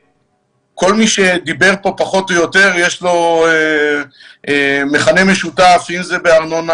שפחות או יותר כל מי שדיבר כאן יש לו מכנה משותף אם זה בארנונה,